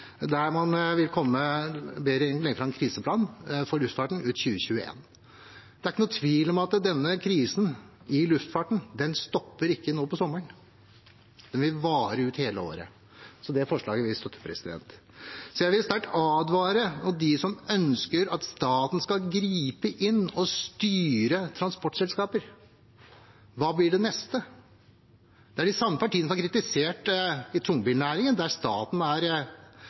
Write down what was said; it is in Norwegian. der man ber regjeringen legge fram en kriseplan for luftfarten ut 2021. Det er ikke noen tvil om at denne krisen i luftfarten ikke stopper i sommer, den vil vare ut hele året. Så det forslaget vil vi støtte. Jeg vil sterkt advare dem som ønsker at staten skal gripe inn og styre transportselskaper: Hva blir det neste? Det er de samme partiene som har kritisert selskaper i tungbilnæringen, der staten er